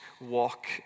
walk